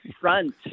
front